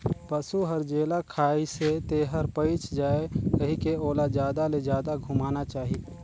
पसु हर जेला खाइसे तेहर पयच जाये कहिके ओला जादा ले जादा घुमाना चाही